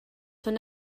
són